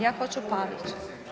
Ja hoću Pavića.